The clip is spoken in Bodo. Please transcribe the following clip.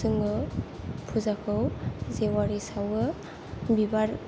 जोङो फुजाखौ जेवारि सावो बिबार